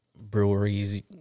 breweries